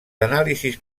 anàlisis